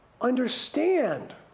understand